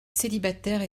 célibataire